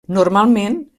normalment